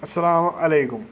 اَلسلامُ علیکُم